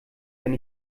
wenn